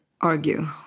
argue